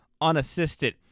unassisted